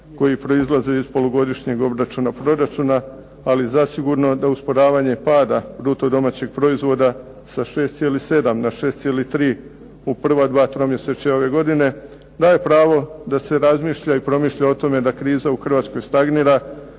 koji proizlaze iz polugodišnjeg obračuna proračuna ali zasigurno da usporavanje pada bruto domaćeg proizvoda sa 6,7 na 6,3 u prva dva tromjesečja ove godine daje pravo da se razmišlja i promišlja o tome da kriza u Hrvatskoj stagnira,